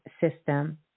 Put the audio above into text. system